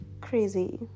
crazy